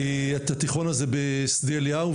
את התיכון הזה בשדה אליהו,